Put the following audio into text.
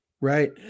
Right